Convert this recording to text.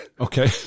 Okay